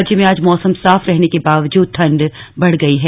राज्य में आज मौसम साफ रहने के बावजूद ठन्ड बढ़ गयी है